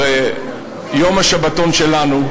ויום השבתון שלנו,